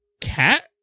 cat